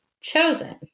chosen